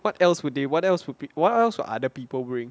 what else would they what else would be what else will other people bring